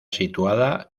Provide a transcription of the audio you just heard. situada